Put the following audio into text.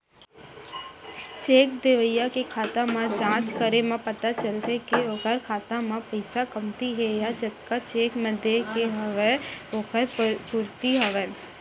cheque देवइया के खाता म जाँच करे म पता चलथे के ओखर खाता म पइसा कमती हे या जतका चेक म देय के हवय ओखर पूरति हवय